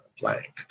blank